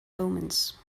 omens